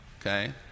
okay